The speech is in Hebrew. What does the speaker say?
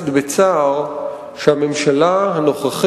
זה הפתרון האידיאלי ביותר, שזה אומנם משנה מהחוויה